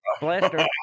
blaster